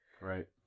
Right